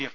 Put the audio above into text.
F